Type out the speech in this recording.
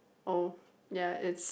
oh ya it's